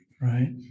right